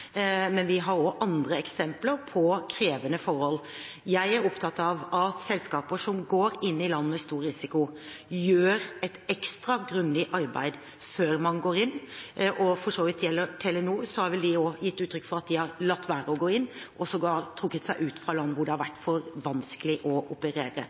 Men vi har også andre eksempler på krevende forhold. Jeg er opptatt av at selskaper som går inn i land med stor risiko, gjør et ekstra grundig arbeid før man går inn, og når det gjelder Telenor, har vel de for så vidt gitt uttrykk for at de har latt være å gå inn i, og sågar trukket seg ut av, land hvor det har vært for vanskelig å operere.